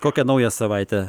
kokią naują savaitę